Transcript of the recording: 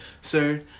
sir